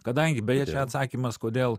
kadangi beje čia atsakymas kodėl